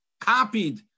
copied